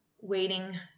waiting